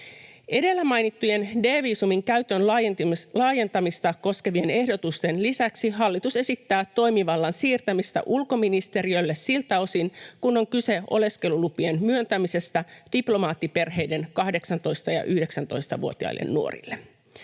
Edellä mainittujen D-viisumin käytön laajentamista koskevien ehdotusten lisäksi hallitus esittää toimivallan siirtämistä ulkoministeriölle siltä osin, kun on kyse oleskelulupien myöntämisestä diplomaattiperheiden 18- ja 19-vuotiaille nuorille.